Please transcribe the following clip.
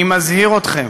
אני מזהיר אתכם